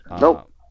Nope